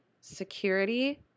security